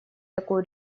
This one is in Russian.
такую